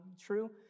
true